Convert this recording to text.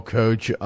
coach